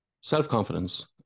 self-confidence